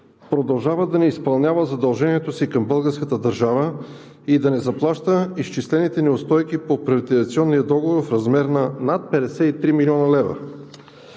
продължава да не изпълнява задължението си към българската държава и да не заплаща изчислените неустойки по приватизационния договор в размер на над 53 млн. лв.